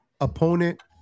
opponent